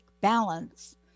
balance